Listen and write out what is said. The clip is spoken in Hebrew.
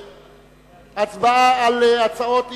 להצבעה על הצעות האי-אמון.